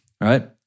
right